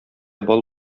бал